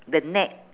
the net